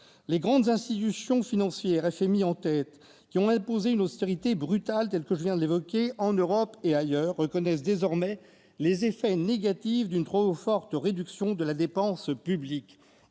Les grandes institutions financières, FMI en tête, qui ont imposé cette austérité brutale en Europe et ailleurs reconnaissent désormais les effets négatifs d'une trop forte réduction de la dépense publique.